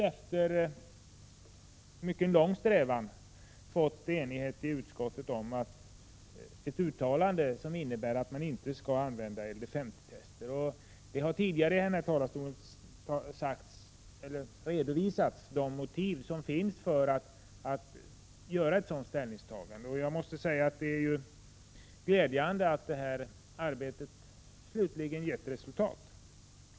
Efter mycket lång strävan har vi nu i utskottet enats om ett uttalande som innebär att man inte skall använda LDS50-tester. Vi har tidigare redovisat motiven för detta ställningstagande. Jag måste säga att det är glädjande att arbetet slutligen gett resultat.